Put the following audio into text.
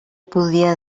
podia